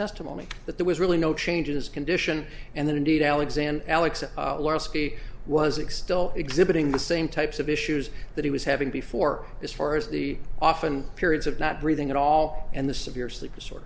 testimony that there was really no changes condition and that indeed alexander alex lauriski was extol exhibiting the same types of issues that he was having before as far as the often periods of not breathing at all and the severe sleep disorder